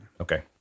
Okay